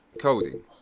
Coding